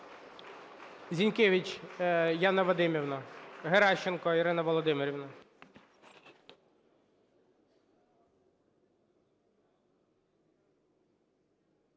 Зінкевич Яна Вадимівна. Геращенко Ірина Володимирівна.